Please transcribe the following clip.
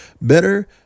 better